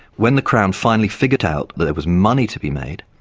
when the crown finally figured out that there was money to be made,